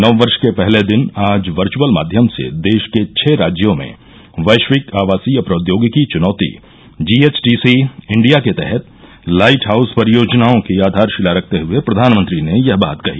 नववर्ष के पहले दिन आज वर्चुअल माध्यम से देश के छह राज्यों में वैश्विक आवासीय प्रौद्योगिर्को चुनौती जीएचटीसी इंडिया के तहत लाइट हाउस परियोजनाओं की आधारशिला रखते हए प्रधानमंत्री ने यह बात कही